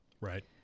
Right